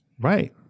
right